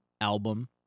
album